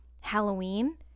Halloween